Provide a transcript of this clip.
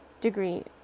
degree